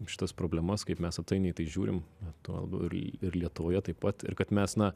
šitas problemas kaip mes atsainiai į tai žiūrim tuo labiau ir ir lietuvoje taip pat ir kad mes na